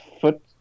foot